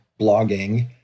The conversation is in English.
blogging